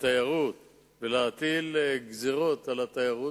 לתיירות ולהטיל גזירות על התיירות,